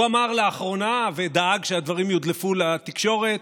הוא אמר לאחרונה, ודאג שהדברים יודלפו לתקשורת,